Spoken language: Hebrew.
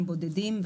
הם בודדים,